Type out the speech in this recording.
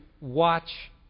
watch